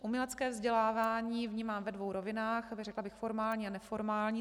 Umělecké vzdělávání vnímám ve dvou rovinách, řekla bych formální a neformální.